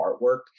artwork